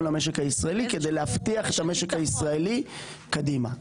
למשק הישראלי כדי להבטיח את המשק הישראלי קדימה.